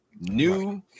New